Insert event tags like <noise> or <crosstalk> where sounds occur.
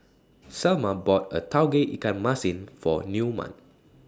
<noise> Selma bought A Tauge Ikan Masin For Newman